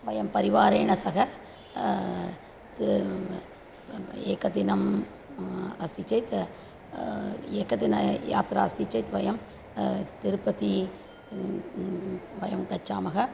वयं परिवारेण सह त् एकदिनम् अस्ति चेत् एकदिनयात्रा अस्ति चेत् वयं तिरुपतिं वयं गच्छामः